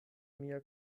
mia